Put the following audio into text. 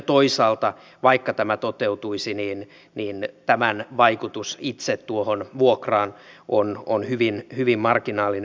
toisaalta vaikka tämä toteutuisi tämän vaikutus itse tuohon vuokraan on hyvin marginaalinen